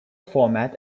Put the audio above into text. format